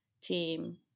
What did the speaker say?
team